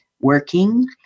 working